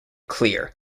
clear